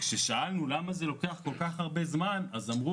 כששאלנו למה זה לוקח כל כך הרבה זמן אמרו